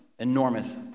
enormous